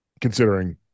considering